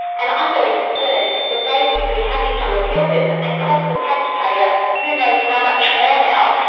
and i'm very concerned that they would be happy to appeal this and cost the taxpayer who knows how much more now,